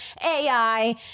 AI